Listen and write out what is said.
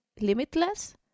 limitless